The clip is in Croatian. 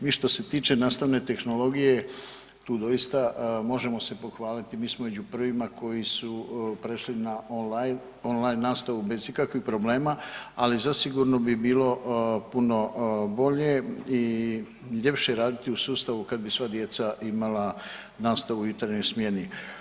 Mi što se tiče nastavne tehnologije tu doista možemo se pohvaliti mi smo među prvima koji su prešli na on line nastavu bez ikakvih problema, ali zasigurno bi bilo puno bolje i ljepše raditi u sustavu kad bi sva djeca imala nastavu u jutarnjoj smjeni.